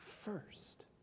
first